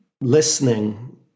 listening